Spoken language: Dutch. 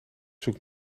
zoek